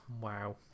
Wow